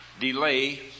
delay